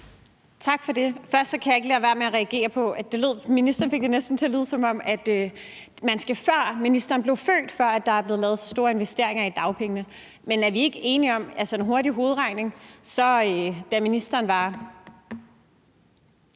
Tak for det. Først kan jeg ikke lade være med at reagere på, at ministeren næsten fik det til at lyde, som om det var, før ministeren blev født, at der er blevet lavet så store investeringer i dagpengesystemet; men er vi ikke enige om ved hurtig hovedregning, at da ministeren var